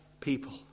people